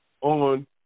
on